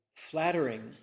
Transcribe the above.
Flattering